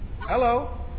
Hello